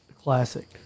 Classic